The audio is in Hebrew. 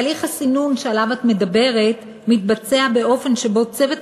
2. תהליך הסינון שעליו את מדברת מתבצע באופן שבו צוות